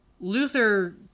Luther